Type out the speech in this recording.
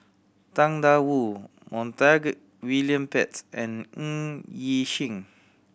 Tang Da Wu Montague William Pett and Ng Yi Sheng